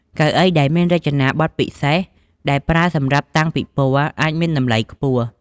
កៅអីដែលមានរចនាបថពិសេស ដែលប្រើសម្រាប់តាំងពិព័រណ៍អាចមានតម្លៃខ្ពស់។